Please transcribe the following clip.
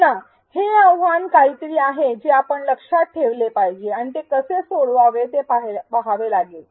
पुन्हा हे आव्हान काहीतरी आहे जे आपण लक्षात ठेवले पाहिजे आणि ते कसे सोडवावे ते पहावे लागेल